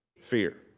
Fear